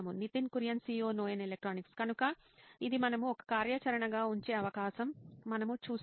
Nitin Kurian COO నోయిన్ electronics కనుక ఇది మనము ఒక కార్యాచరణగా ఉంచే అవకాశం మనము చూస్తాము